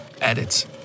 edits